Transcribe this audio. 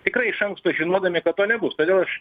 tikrai iš anksto žinodami kad to nebus todėl aš